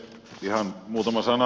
ihan muutama sana